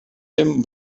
him